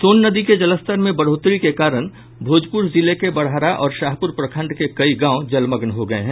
सोन नदी के जलस्तर में बढ़ोतरी के कारण भोजपुर जिले के बड़हरा और शाहपुर प्रखंड के कई गांव जलमग्न हो गये हैं